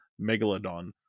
megalodon